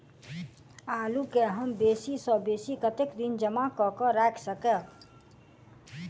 आलु केँ हम बेसी सऽ बेसी कतेक दिन जमा कऽ क राइख सकय